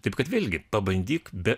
taip kad vėlgi pabandyk be